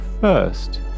first